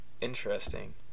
interesting